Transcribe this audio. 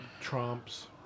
Trumps